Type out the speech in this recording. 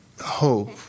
hope